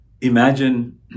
Imagine